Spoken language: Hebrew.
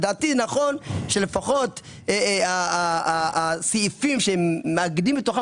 לדעתי נכון שלפחות הסעיפים שמאגדים בתוכם